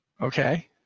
Okay